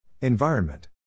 Environment